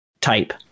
type